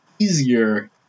easier